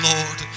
Lord